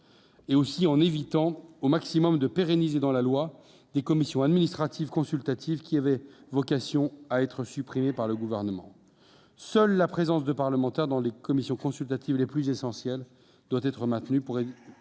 faut aussi éviter le plus possible de pérenniser dans la loi des commissions administratives consultatives qui avaient vocation à être supprimées par le Gouvernement. Seule la présence des parlementaires dans les commissions consultatives les plus essentielles doit être maintenue pour éviter